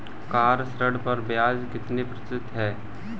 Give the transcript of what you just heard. Car ऋण पर ब्याज कितने प्रतिशत है?